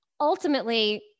ultimately